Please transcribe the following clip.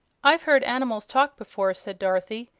i've heard animals talk before, said dorothy,